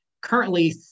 currently